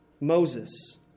Moses